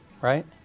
right